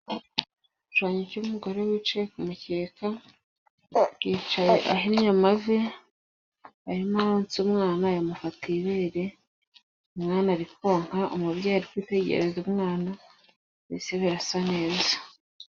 Igishushanyo cy'umugore wicaye ku mukeka, yicaye ahinnye amavi arimo aronsa umwana, yamufatiye ibere, umwana ari konka, umubyeyi ari kwitegereza umwana, mbese birasa neza.